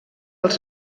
els